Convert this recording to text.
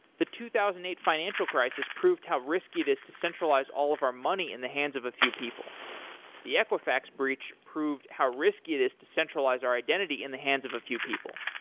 the two thousand and eight financial crisis proved how risky it is to centralize all of our money in the hands of a few people the equifax breach proved how risky it is to centralize our identity in the hands of a few people.